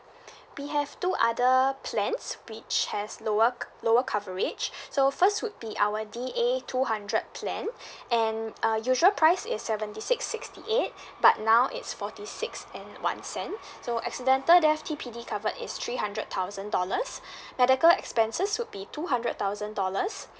we have two other a plans which have lower c~ lower coverage so first would be our D_A two hundred plan and uh usual price is seventy six sixty eight but now it's forty six and one cent so accidental deaths T_P_D covered is three hundred thousand dollars medical expenses would be two hundred thousand dollars